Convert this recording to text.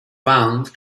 found